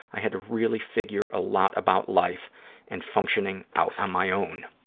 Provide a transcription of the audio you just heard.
i had to really figure a lot about life and functioning out on my own.